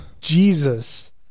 Jesus